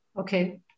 Okay